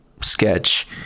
sketch